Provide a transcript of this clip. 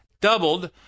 doubled